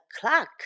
clock